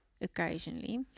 occasionally